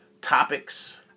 topics